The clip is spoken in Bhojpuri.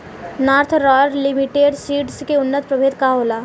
नार्थ रॉयल लिमिटेड सीड्स के उन्नत प्रभेद का होला?